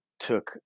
took